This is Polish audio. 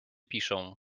piszą